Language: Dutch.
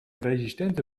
resistente